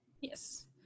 yes